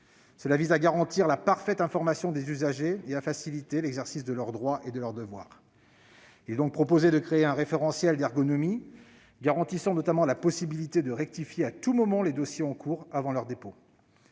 Cela vise à garantir la parfaite information des usagers et à faciliter l'exercice de leurs droits et de leurs devoirs. Il est donc proposé de créer un référentiel d'ergonomie garantissant notamment la possibilité de rectifier à tout moment les dossiers en cours avant leur dépôt,